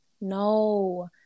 no